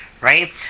right